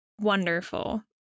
wonderful